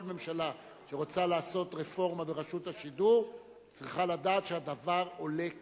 כל ממשלה שרוצה לעשות רפורמה ברשות השידור צריכה לדעת שהדבר עולה כסף.